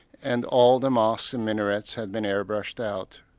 and all the mosques and minarets had been airbrushed out.